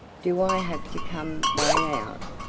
do i have to come way out?